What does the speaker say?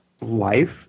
life